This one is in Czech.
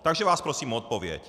Takže vás prosím o odpověď.